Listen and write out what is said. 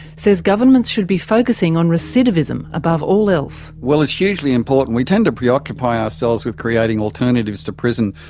says governments should be focussing on recidivism above all else. well, it's hugely important. we tend to preoccupy ourselves with creating alternatives to prison,